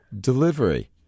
Delivery